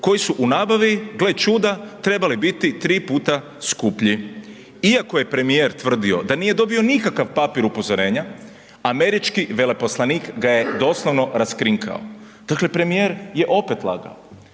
koji su u nabavi, gle čuda, trebali biti 3 puta skuplji. Iako je premijer tvrdio da nije dobio nikakav papir upozorenja američki veleposlanik ga je doslovno raskrinkao, dakle premijer je opet lagao.